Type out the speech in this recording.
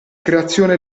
creazione